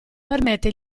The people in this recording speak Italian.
permette